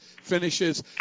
finishes